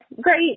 great